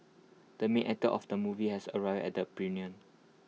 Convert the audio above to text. the main actor of the movie has arrived at the premiere